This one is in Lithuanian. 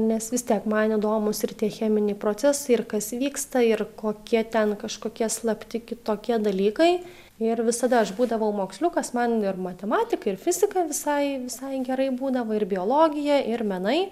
nes vis tiek man įdomūs ir tie cheminiai procesai ir kas vyksta ir kokie ten kažkokie slapti kitokie dalykai ir visada aš būdavau moksliukas man ir matematika ir fizika visai visai gerai būdavo ir biologija ir menai